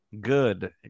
good